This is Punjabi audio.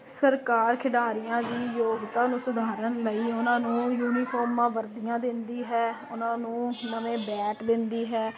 ਸਰਕਾਰ ਖਿਡਾਰੀਆਂ ਦੀ ਯੋਗਤਾ ਨੂੰ ਸੁਧਾਰਨ ਲਈ ਉਹਨਾਂ ਨੂੰ ਯੂਨੀਫੋਮਾ ਵਰਦੀਆਂ ਦਿੰਦੀ ਹੈ ਉਹਨਾਂ ਨੂੰ ਨਵੇਂ ਬੈਟ ਦਿੰਦੀ ਹੈ